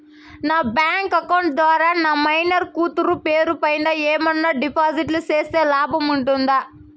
నా bank account ద్వారా నా మైనర్ కూతురు పేరు పైన ఏమన్నా డిపాజిట్లు సేస్తే లాభం ఉంటుందా?